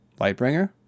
Lightbringer